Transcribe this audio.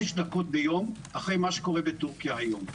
דקות ביום אחרי מה שקורה בטורקיה היום.